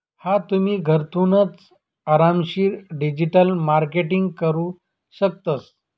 हा तुम्ही, घरथूनच आरामशीर डिजिटल मार्केटिंग करू शकतस